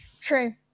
True